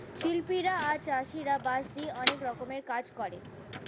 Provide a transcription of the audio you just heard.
শিল্পীরা আর চাষীরা বাঁশ দিয়ে অনেক রকমের কাজ করে